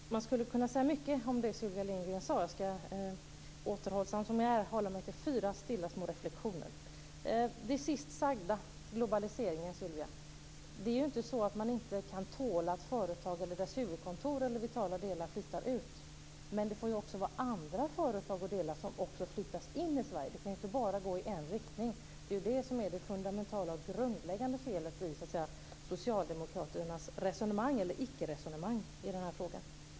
Fru talman! Jag skulle kunna säga mycket om det som Sylvia Lindgren sade. Men jag skall, återhållsam som jag är, hålla mig till fyra stilla små reflexioner. Det sistsagda, globaliseringen, först. Det är inte så att man inte kan tåla att företag eller deras huvudkontor eller vitala delar flyttar ut. Men det får också vara andra företag och delar som flyttas in i Sverige. Det kan inte bara gå i en riktning. Det är det som är det fundamentala och grundläggande felet i socialdemokraternas resonemang eller icke-resonemang i denna fråga.